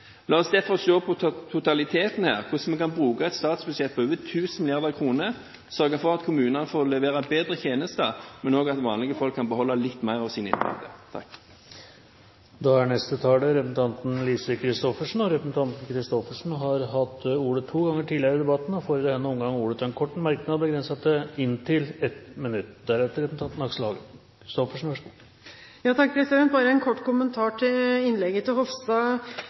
La oss derfor se på totaliteten her, på hvordan vi kan bruke et statsbudsjett på over 1 000 mrd. kr til å sørge for at kommunene får levere bedre tjenester, men også at vanlige folk kan få beholde litt mer av sine inntekter. Representanten Lise Christoffersen har hatt ordet to ganger tidligere og får ordet til en kort merknad, begrenset til 1 minutt. Bare en kort kommentar til innlegget til Hofstad Helleland. Før – da det ennå var sånn at det hendte at media var opptatt av våre debatter – ble det sagt, med krav til